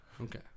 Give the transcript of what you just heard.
Okay